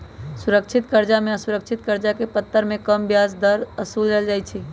सुरक्षित करजा में असुरक्षित करजा के परतर में कम ब्याज दर असुलल जाइ छइ